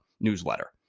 newsletter